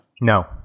No